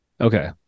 okay